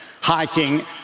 hiking